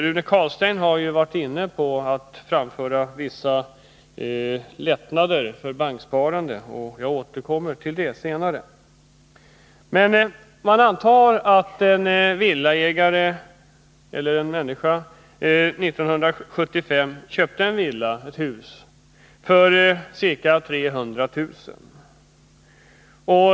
Rune Carlstein har ju varit inne på tanken att vissa lättnader för banksparande borde införas, och jag skall senare återkomma till det. Anta att en person år 1975 köpte ett hus för ca 300 000 kr.